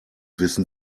wissen